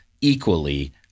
equally